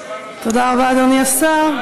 תודה רבה, אדוני השר.